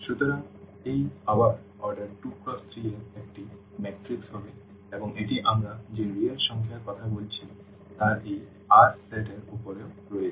সুতরাং এটি আবার অর্ডার 2×3 এর একটি ম্যাট্রিক্স হবে এবং এটি আমরা যে রিয়েল সংখ্যার কথা বলছি তার এই R সেট এর উপরেও রয়েছে